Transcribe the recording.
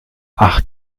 ach